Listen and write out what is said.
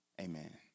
Amen